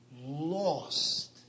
lost